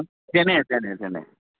যেনে যেনে যেনে